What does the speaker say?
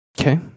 Okay